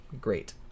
great